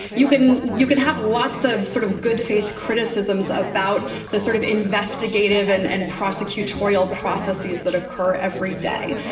you can you can have lots of sort of good faith criticisms about the sort of investigative and and prosecutorial processes that occur every day.